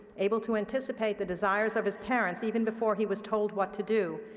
able to anticipate the desires of his parents even before he was told what to do,